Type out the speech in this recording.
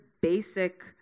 basic